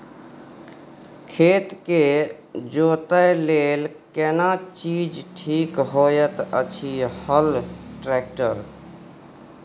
खेत के जोतय लेल केना चीज ठीक होयत अछि, हल, ट्रैक्टर?